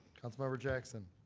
councilmember jackson.